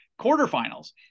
quarterfinals